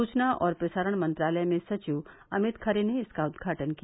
सूवना और प्रसारण मंत्रालय में सचिव अमित खरे ने इसका उद्घाटन किया